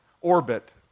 orbit